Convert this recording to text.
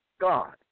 God